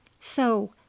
So